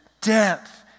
depth